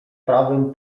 prawym